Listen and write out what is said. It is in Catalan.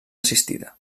assistida